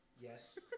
Yes